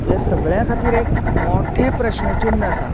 हे सगळ्यां खातीर एक मोठें प्रश्न चिन्न आसा